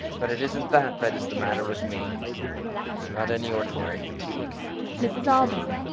but it isn't that that is the matter with me not any ordinary fatigue mrs. alving.